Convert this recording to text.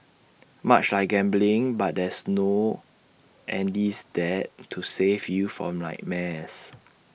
much like gambling but there's no Andy's Dad to save you from nightmares